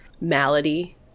malady